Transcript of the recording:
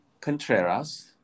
Contreras